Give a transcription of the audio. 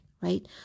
right